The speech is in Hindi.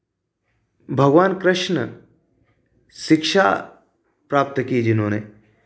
भगवान कृष्ण शिक्षा प्राप्त की जिन्होंने